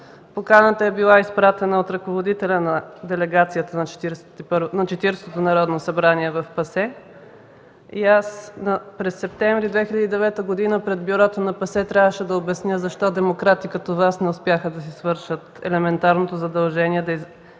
Поканата е била изпратена от ръководителя на делегацията на 40-ото Народно събрание в ПАСЕ. През септември 2009 г. пред бюрото на ПАСЕ аз трябваше да обясня защо демократи като Вас не успяха да си свършат елементарното задължение – да